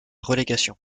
relégation